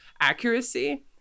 accuracy